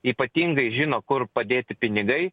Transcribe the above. ypatingai žino kur padėti pinigai